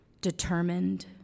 determined